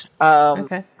Okay